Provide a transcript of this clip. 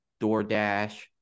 DoorDash